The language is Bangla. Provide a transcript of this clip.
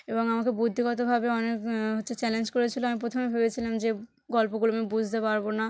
এবং আমাকে বুদ্ধিগতভাবে অনেক হচ্ছে চ্যালেঞ্জ করেছিল আমি প্রথমে ভেবেছিলাম যে গল্পগুলো আমি বুঝতে পারব না